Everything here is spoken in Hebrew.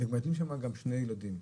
ומגדלים שם גם שני ילדים.